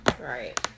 Right